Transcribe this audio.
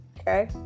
Okay